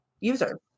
user